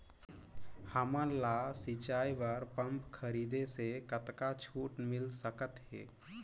हमन ला सिंचाई बर पंप खरीदे से कतका छूट मिल सकत हे?